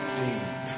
deep